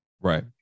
Right